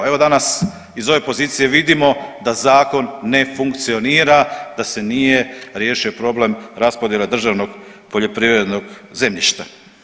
Evo danas iz ove pozicije vidimo da zakon ne funkcionira, da se nije riješio problem raspodjele državnog poljoprivrednog zemljišta.